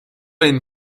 den